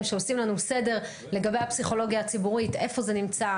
שעושים לנו סדר לגבי הפסיכולוגיה הציבורית: איפה זה נמצא,